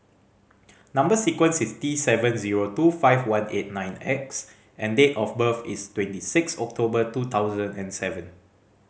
number sequence is T seven zero two five one eight nine X and date of birth is twenty six October two thousand and seven